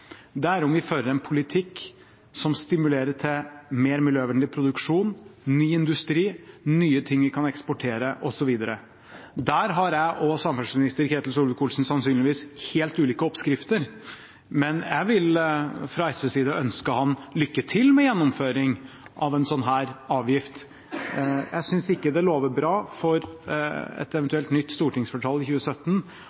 Norge, er om vi fører en politikk som stimulerer til mer miljøvennlig produksjon, ny industri, nye ting vi kan eksportere, osv. Der har jeg og samferdselsminister Ketil Solvik-Olsen sannsynligvis helt ulike oppskrifter, men jeg vil fra SVs side ønske ham lykke til med gjennomføringen av en sånn avgift. Jeg synes ikke det lover bra for et eventuelt nytt stortingsflertall i 2017